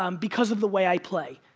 um because of the way i play.